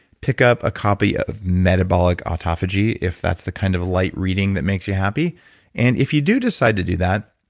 pick up a copy of metabolic autophagy if that's the kind of light reading that makes you happy and if you do decide to do that,